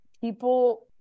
people